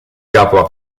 capua